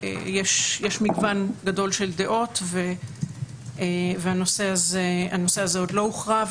יש מגוון גדול של דעות והנושא הזה עוד לא הוכרע,